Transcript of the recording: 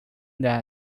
that